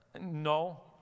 No